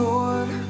Lord